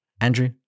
Andrew